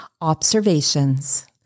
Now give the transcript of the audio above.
Observations